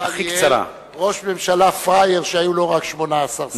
שניהל ראש ממשלה פראייר שהיו לו רק 18 שרים.